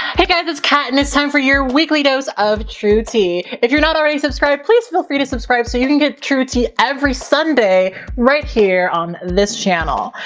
hey guys, it's kat and it's time for your weekly dose of true tea. if you're not already subscribed, please feel free to subscribe so you can get true tea every sunday right here, on this channel.